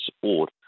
support